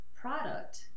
product